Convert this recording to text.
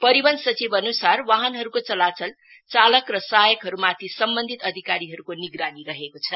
परिवहन सचिवअन्सार बाहनहरूको चलाचल चालक र सहायकहरूमाथि सम्वन्धित अधिकारीहरूको निगरानी रहेको छ